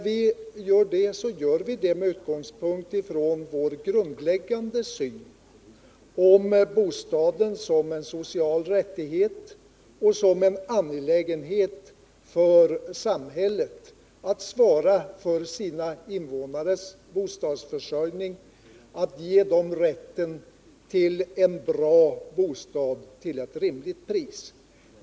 Vi gör det med utgångspunkt i vår grundläggande syn på bostaden som en social rättighet och som en angelägenhet för samhället att svara för invånarnas bostadsförsörjning, att ge dem rätten till en bra bostad till ett rimligt pris.